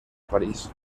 parís